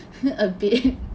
a bit